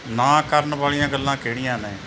ਨਾ ਕਰਨ ਵਾਲੀਆਂ ਗੱਲਾਂ ਕਿਹੜੀਆਂ ਨੇ